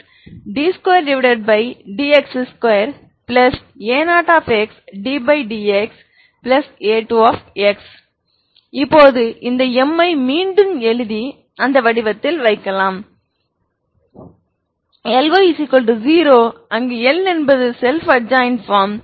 Ma0xd2dx2a0xddxa2x இப்போது இந்த M ஐ மீண்டும் எழுதி இந்த வடிவத்தில் வைக்கலாம் Ly0 அங்கு L என்பது ஸெல்ப் அட்ஜாயின்ட் பார்ம்